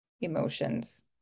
emotions